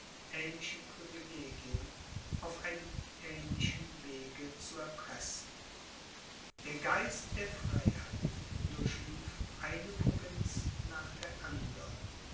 ähnliche privilegien auf einem ähnlichen wege zu erpressen der geist der freiheit durchlief eine provinz nach der andern